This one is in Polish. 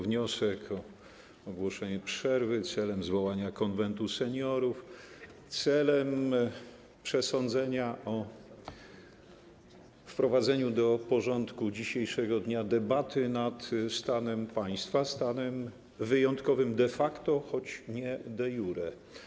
Wniosek o ogłoszenie przerwy celem zwołania Konwentu Seniorów w celu przesądzenia o wprowadzeniu do porządku dzisiejszych obrad debaty nad stanem państwa, stanem wyjątkowym de facto, choć nie de iure.